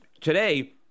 today